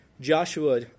Joshua